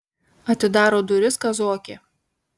atidaro duris kazokė